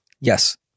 Yes